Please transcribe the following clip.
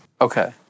Okay